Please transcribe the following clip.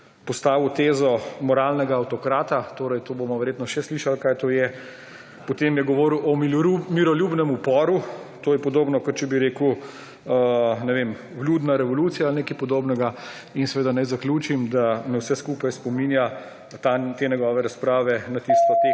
postavil tezo moralnega avtokratka, torej to bomo verjetno še slišali, kaj to je; potem je govoril o miroljubnem uporu. To je podobno, kot če bi rekel vljudna revolucija ali nekaj podobnega. Seveda naj zaključim, da me vse skupaj spominja, te njegove razprave, na tisto